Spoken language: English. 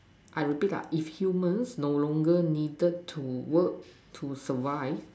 I would think ah if humans no longer needed to work to survive